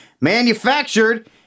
manufactured